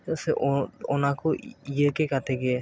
ᱪᱮᱫᱟᱜ ᱥᱮ ᱚᱱᱟ ᱠᱚ ᱤᱭᱟᱹ ᱠᱟᱛᱮᱫ ᱜᱮ